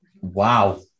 Wow